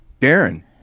Darren